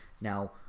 Now